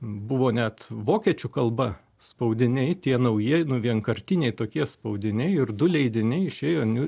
buvo net vokiečių kalba spaudiniai tie naujieji nu vienkartiniai tokie spaudiniai ir du leidiniai išėjo niu